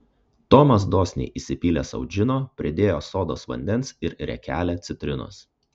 tomas dosniai įsipylė sau džino pridėjo sodos vandens ir riekelę citrinos